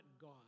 God